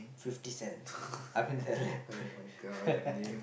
Fifty-Cent I mean the rapper